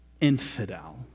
infidel